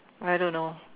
I don't know